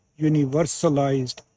universalized